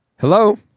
Hello